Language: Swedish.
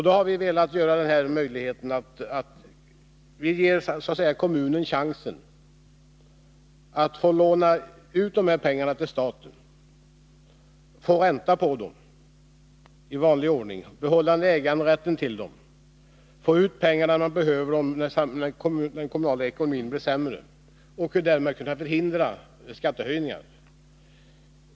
Då har vi velat så att säga ge kommunerna chansen att få låna ut de här pengarna till staten, få ränta på dem i vanlig ordning, behålla äganderätten till dem, få ut pengarna när man behöver dem, då den kommunala ekonomin blir sämre, så att man därigenom kan förhindra skattehöjningar.